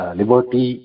liberty